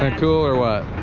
ah cool or what